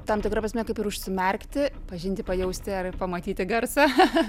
tam tikra prasme kaip ir užsimerkti pažinti pajausti ar pamatyti garsą